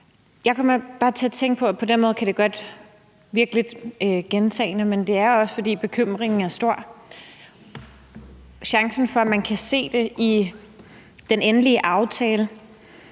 det på den måde godt kan virke lidt gentagende. Men det er også, fordi bekymringen er stor. Der er risiko for, at man kan se i den endelige aftale